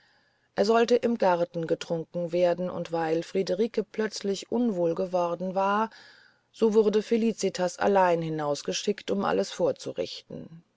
er sollte im garten getrunken werden und weil friederike plötzlich unwohl geworden war so wurde felicitas allein hinausgeschickt um alles vorzurichten